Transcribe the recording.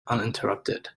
uninterrupted